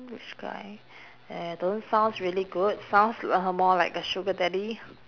rich guy eh don't sounds really good sounds uh more like a sugar daddy